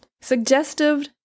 Suggestive